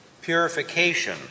purification